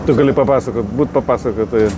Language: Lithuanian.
tu gali papasakot būt papasakotoju